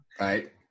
Right